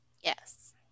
Yes